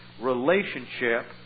relationship